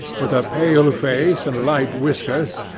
with a pale face and light whiskers,